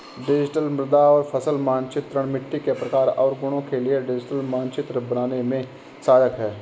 digital मृदा और फसल मानचित्रण मिट्टी के प्रकार और गुणों के लिए डिजिटल मानचित्र बनाने में सहायक है